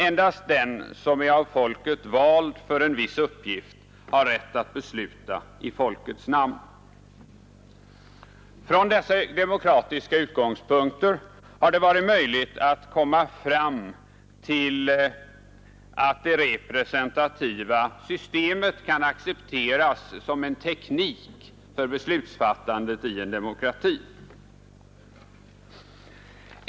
Endast den som är av folket vald för en viss uppgift har rätt att besluta i folkets namn. Från dessa demokratiska utgångspunkter har det varit möjligt att komma fram till att det representativa systemet kan accepteras som en teknik för beslutsfattandet i en demokrati.